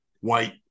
white